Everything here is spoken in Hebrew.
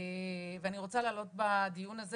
ואני רוצה להעלות בדיון הזה,